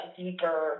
deeper